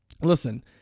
Listen